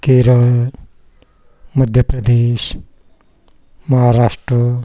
Kerala Madhya Pradesh Maharashtra